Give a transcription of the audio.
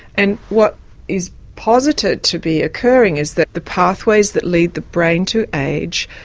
and what is posited to be occurring is that the pathways that lead the brain to age,